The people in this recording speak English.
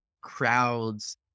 crowds